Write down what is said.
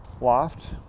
loft